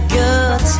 good